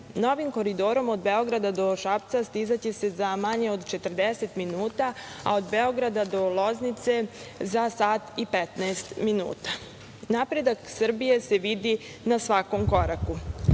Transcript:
Novim koridorom od Beograda do Šapca stizaće se za manje od 40 minuta, a od Beograda do Loznice za sat i 15 minuta. Napredak Srbije se vidi na svakom koraku: